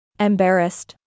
Embarrassed